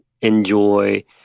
enjoy